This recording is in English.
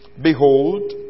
behold